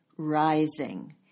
Rising